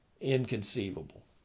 inconceivable